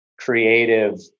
creative